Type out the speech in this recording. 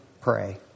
pray